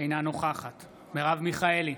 אינה נוכחת מרב מיכאלי,